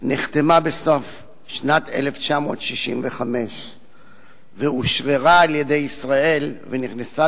נחתמה בסוף שנת 1965 ואושררה על-ידי ישראל ונכנסה